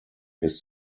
his